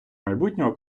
майбутнього